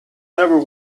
never